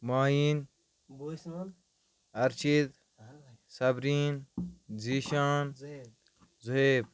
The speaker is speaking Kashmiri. ماییٖن اَرشیٖد صبریٖن زیٖشان زُہیب